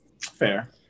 Fair